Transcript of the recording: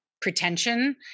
pretension